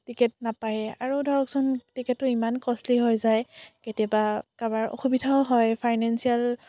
ticket নাপায় আৰু ধৰক চোন টিকেটটো ইমান কষ্টলী হৈ যায় কেতিয়াবা কাৰোবাৰ অসুবিধাও হয় ফাইনেন্সিয়েল